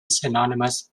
synonymous